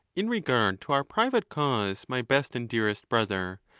in regard to our private cause, my best and dearest brother,